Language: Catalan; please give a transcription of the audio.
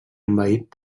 envaït